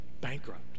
Bankrupt